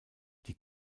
die